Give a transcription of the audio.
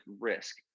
risk